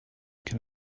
can